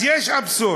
אז יש אבסורד.